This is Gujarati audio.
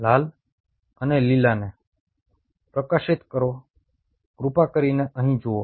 લાલ અને લીલાને પ્રકાશિત કરો કૃપા કરીને અહીં જુઓ